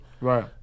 Right